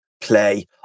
play